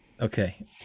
Okay